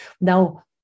Now